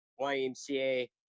YMCA